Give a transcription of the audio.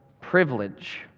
privilege